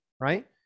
right